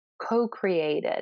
co-created